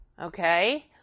Okay